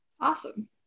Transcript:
Awesome